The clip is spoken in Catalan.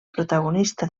protagonista